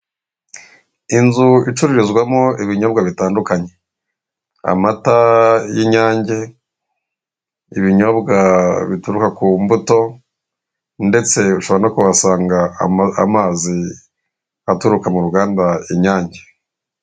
Inzu icururizwamo ibinyobwa bitandukanye; amata y'inyange, ibinyobwa bituruka ku mbuto ndetse ushobora no kuhasanga amazi aturuka mu ruganda inyange.